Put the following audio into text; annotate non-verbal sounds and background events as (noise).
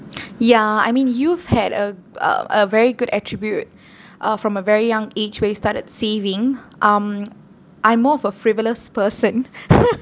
(noise) ya I mean you've had a uh a very good attribute uh from a very young age where you started saving um I'm more of a frivolous person (laughs)